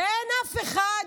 ואין אף אחד,